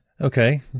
Okay